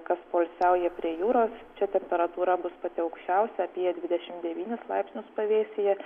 kas poilsiauja prie jūros čia temperatūra bus pati aukščiausia apie dvidešim devynis laipsnius pavėsyje